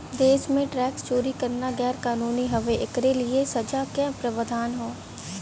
देश में टैक्स चोरी करना गैर कानूनी हउवे, एकरे लिए सजा क प्रावधान हौ